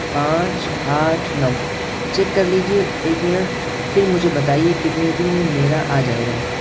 پانچ آٹھ نو چیک کر لیجیے ایک منٹ پھر مجھے بتائیے کتنے دن میں میرا آ جائے گا